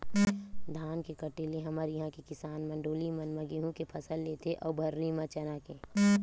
धान के कटे ले हमर इहाँ के किसान मन डोली मन म गहूँ के फसल लेथे अउ भर्री म चना के